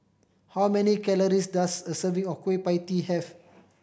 how many calories does a serving of Kueh Pie Tee have